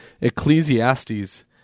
Ecclesiastes